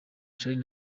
charly